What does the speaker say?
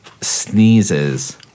sneezes